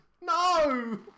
No